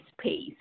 space